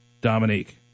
Dominique